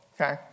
okay